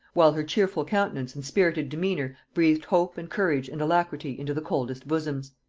while her cheerful countenance and spirited demeanour breathed hope and courage and alacrity into the coldest bosoms.